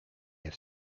have